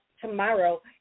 tomorrow